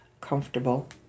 comfortable